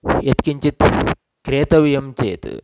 यत्किञ्चित् क्रेतव्यं चेत्